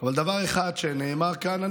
אבל דבר אחד שנאמר כאן,